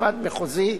בית-משפט מחוזי,